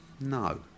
No